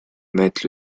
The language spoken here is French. mettent